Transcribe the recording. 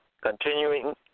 Continuing